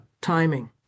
timing